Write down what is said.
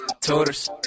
tutors